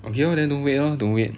okay lor then don't wait lor don't wait